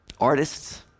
artists